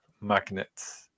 magnets